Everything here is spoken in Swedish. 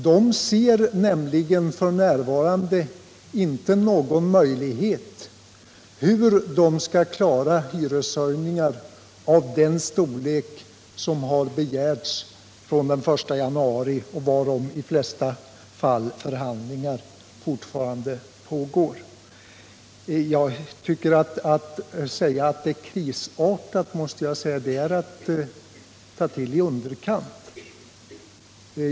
De ser nämligen f.n. inte någon möjlighet att klara hyreshöjningar av den storleksordning som har begärts från den 1 januari och varom i de flesta fall förhandlingar fortfarande pågår. Att säga att situationen är krisartad är att ta till i underkant.